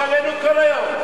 תפסיק לצעוק עלינו כל היום.